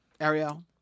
Ariel